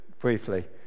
briefly